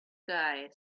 guy